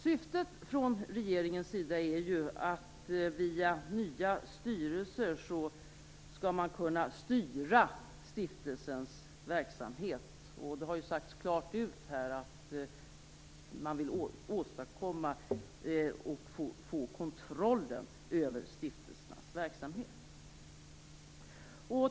Syftet från regeringens sida är att via nya styrelser kunna styra stiftelsernas verksamhet. Det har sagts klart ut att man vill få kontrollen över stiftelsernas verksamhet.